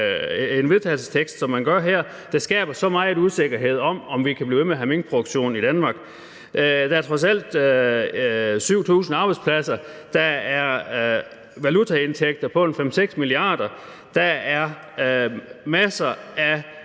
der skaber så meget usikkerhed om, om vi kan blive ved med at have minkproduktion i Danmark. Det drejer sig trods alt om 7.000 arbejdspladser, og der er valutaindtægter på 5-6 mia. kr., og der er masser af